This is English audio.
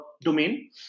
domain